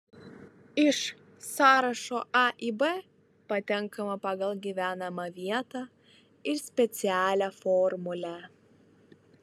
iš sąrašo a į b patenkama pagal gyvenamą vietą ir specialią formulę